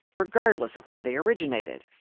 regardless of where they originated.